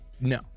No